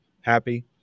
happy